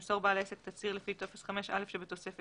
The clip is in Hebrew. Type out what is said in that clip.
ימסור בעל העסק תצהיר לפי טופס 5א שבתוספת